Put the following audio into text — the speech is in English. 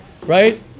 Right